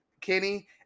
Kenny